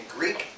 Greek